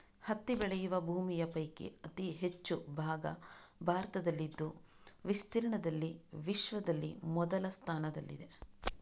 ಹತ್ತಿ ಬೆಳೆಯುವ ಭೂಮಿಯ ಪೈಕಿ ಅತಿ ಹೆಚ್ಚು ಭಾಗ ಭಾರತದಲ್ಲಿದ್ದು ವಿಸ್ತೀರ್ಣದಲ್ಲಿ ವಿಶ್ವದಲ್ಲಿ ಮೊದಲ ಸ್ಥಾನದಲ್ಲಿದೆ